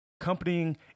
accompanying